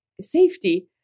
safety